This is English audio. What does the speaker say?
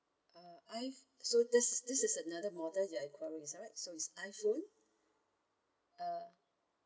uh i~ so this this is another model you enquired alright so is iPhone uh